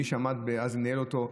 עם מי שאז ניהל אותו,